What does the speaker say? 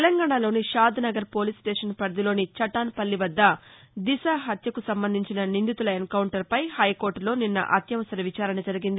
తెలంగాణలోని Shadnagar police station పరిధిలోని చటాన్పల్లి వద్ద దిశ హత్యకు సంబంధించిన నిందితుల ఎన్కౌంటర్పై హైకోర్టులో నిన్న అత్యవసర విచారణ జరిగింది